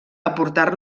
aportar